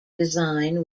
design